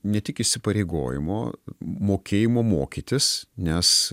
ne tik įsipareigojimo mokėjimo mokytis nes